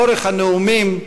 אורך הנאומים,